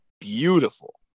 beautiful